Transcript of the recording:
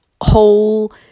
whole